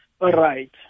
right